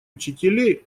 учителей